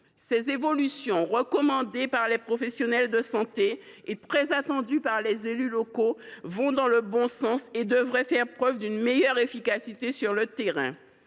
Ces évolutions, recommandées par les professionnels de santé et très attendues par les élus locaux, vont dans le bon sens ; elles devraient faire leurs preuves sur le terrain